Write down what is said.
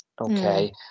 Okay